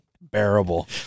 Bearable